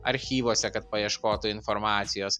archyvuose kad paieškotų informacijos